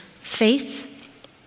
faith